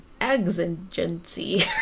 Exigency